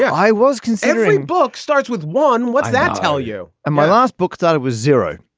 yeah i was considering book starts with one. what's that tell you. and my last book thought it was zero,